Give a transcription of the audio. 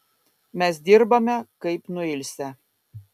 mes dirbame kaip nuilsę